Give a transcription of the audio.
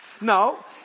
No